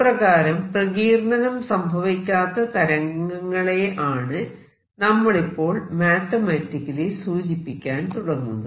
ഇപ്രകാരം പ്രകീർണ്ണനം സംഭവിക്കാത്ത തരംഗങ്ങളെയാണ് നമ്മളിപ്പോൾ മാത്തമാറ്റിക്കലി സൂചിപ്പിക്കാൻ തുടങ്ങുന്നത്